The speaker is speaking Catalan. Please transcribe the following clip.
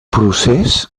procés